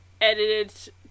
edited